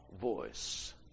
voice